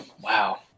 wow